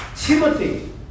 Timothy